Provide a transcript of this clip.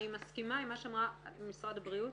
אני מסכימה עם מה שאמרה משרד הבריאות,